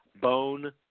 bone